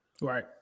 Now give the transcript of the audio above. Right